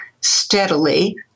steadily